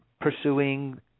pursuing